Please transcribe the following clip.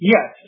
Yes